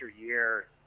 year